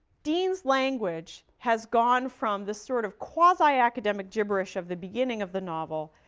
dean's language has gone from this sort of quasi-academic gibberish of the beginning of the novel,